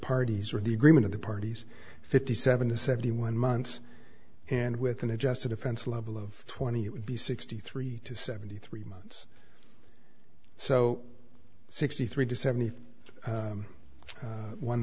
parties or the agreement of the parties fifty seven to seventy one months and with an adjusted offense level of twenty it would be sixty three to seventy three months so sixty three to seventy